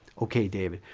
okay david,